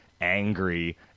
angry